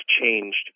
changed